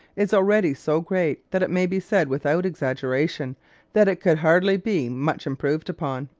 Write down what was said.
is already so great that it may be said without exaggeration that it could hardly be much improved upon,